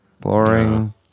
Boring